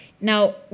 Now